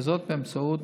וזאת באמצעות